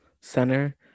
center